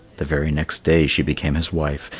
the very next day she became his wife,